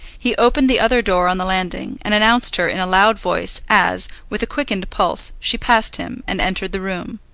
he opened the other door on the landing, and announced her in a loud voice as, with a quickened pulse, she passed him, and entered the room.